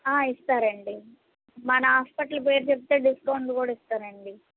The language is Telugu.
ఇస్తారండి మన హాస్పిటల్ పేరు చెప్తే డిస్కౌంట్ కూడా ఇస్తారండి